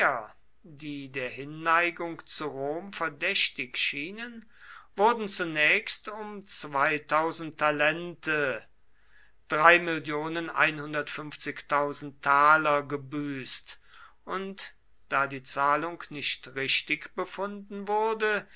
die der hinneigung zu rom verdächtig schienen wurden zunächst um talente gebüßt und da die zahlung nicht richtig befunden wurde